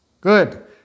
Good